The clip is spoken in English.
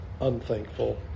unthankful